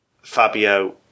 Fabio